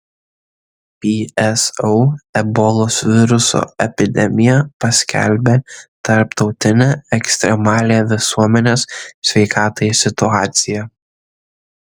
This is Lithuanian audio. pso ebolos viruso epidemiją paskelbė tarptautine ekstremalia visuomenės sveikatai situacija